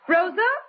Rosa